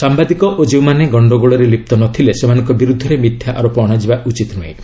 ସାମ୍ଭାଦିକ ଓ ଯେଉଁମାନେ ଗଣ୍ଡଗୋଳରେ ଲିପ୍ତ ନଥିଲେ ସେମାନଙ୍କ ବିରୁଦ୍ଧରେ ମିଥ୍ୟା ଆରୋପ ଅଣାଯିବା ଉଚିତ ନୁହେଁ